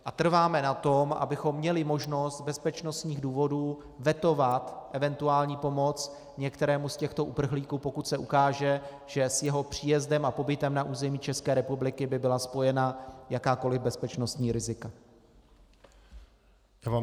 A trváme na tom, abychom měli možnost z bezpečnostních důvodů vetovat eventuální pomoc některému z těchto uprchlíků, pokud se ukáže, že s jeho příjezdem a pobytem na území České republiky by byla spojena jakákoli bezpečnostní rizika.